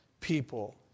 People